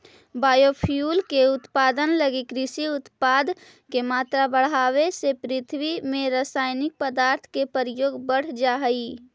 biofuel के उत्पादन लगी कृषि उत्पाद के मात्रा बढ़ावे से पृथ्वी में रसायनिक पदार्थ के प्रयोग बढ़ जा हई